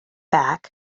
back